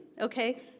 okay